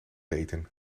eten